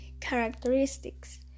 characteristics